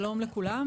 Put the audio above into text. שלום לכולם.